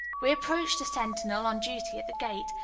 we approached the sentinel on duty at the gate,